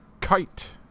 Kite